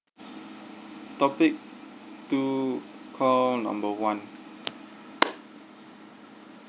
topic two call number one